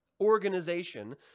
organization